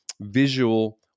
visual